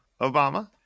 Obama